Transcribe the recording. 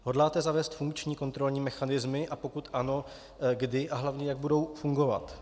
Hodláte zavést funkční kontrolní mechanismy, a pokud ano, kdy a hlavně jak budou fungovat?